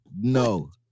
No